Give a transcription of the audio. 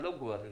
עלו כבר ל-75%.